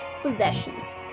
possessions